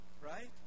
Right